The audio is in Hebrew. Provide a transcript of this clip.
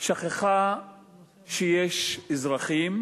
שכחה שיש אזרחים,